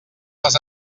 les